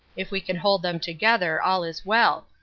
if we can hold them together all is well,